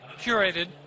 curated